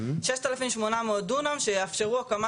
ששת אלפים שמונה מאות דונם שיאפשרו הקמה